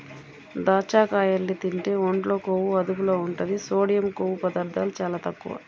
దాచ్చకాయల్ని తింటే ఒంట్లో కొవ్వు అదుపులో ఉంటది, సోడియం, కొవ్వు పదార్ధాలు చాలా తక్కువ